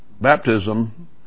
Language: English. baptism